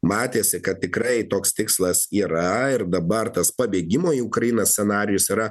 matėsi kad tikrai toks tikslas yra ir dabar tas pabėgimo į ukrainą scenarijus yra